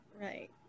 Right